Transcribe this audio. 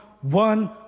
one